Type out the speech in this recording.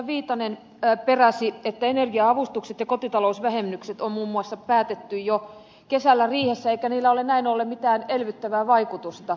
viitanen peräsi että energia avustukset ja kotitalousvähennykset on muun muassa päätetty jo kesällä riihessä eikä niillä ole näin ollen mitään elvyttävää vaikutusta